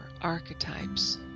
archetypes